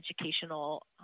educational